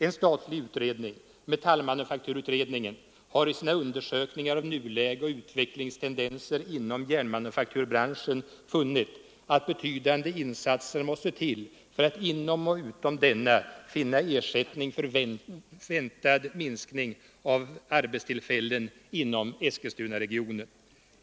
En statlig utredning, metallmanufakturutredningen, har i sina undersökningar av nuläget och utvecklingstendenser inom järnmanufakturbranschen funnit att betydande insatser måste till för att inom och utom denna bransch skapa ersättning för väntad minskning av arbetstillfällen inom Eskilstunaregionen.